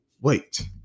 wait